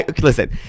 Listen